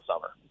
summer